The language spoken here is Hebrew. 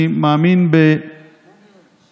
אני מאמין בתרומתו,